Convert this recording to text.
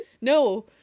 No